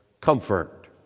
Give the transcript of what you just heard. comfort